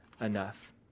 enough